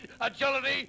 agility